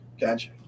Gotcha